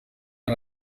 nta